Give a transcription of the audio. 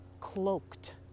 cloaked